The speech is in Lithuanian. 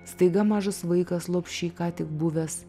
staiga mažas vaikas lopšy ką tik buvęs